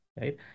right